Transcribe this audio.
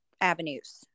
avenues